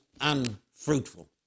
unfruitful